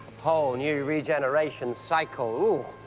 whole new regeneration cycle, oh!